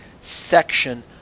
section